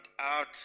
out